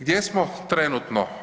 Gdje smo trenutno?